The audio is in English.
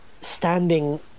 standing